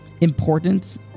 important